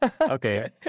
Okay